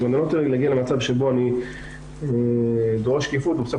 אני לא רוצה להגיע למצב שבו אני דורש שקיפות ובסוף